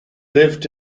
lived